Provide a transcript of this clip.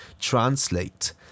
Translate